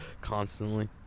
Constantly